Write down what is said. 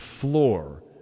floor